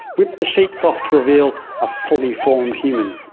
whip the sheet so off to reveal a fully formed human.